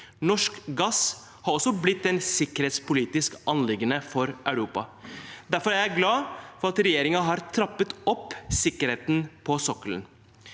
Norsk gass har også blitt et sikkerhetspolitisk anliggende for Europa. Derfor er jeg glad for at regjeringen har trappet opp sikkerheten på sokkelen.